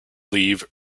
leave